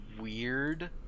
weird